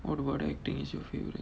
what about acting is your favourite